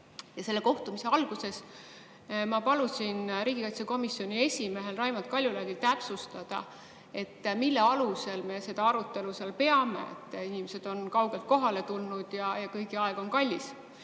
Selle kohtumise alguses ma palusin riigikaitsekomisjoni esimehel Raimond Kaljulaidil täpsustada, mille alusel me seda arutelu peame, inimesed on kaugelt kohale tulnud ja kõigi aeg on kallis.